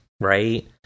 right